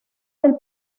del